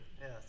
Yes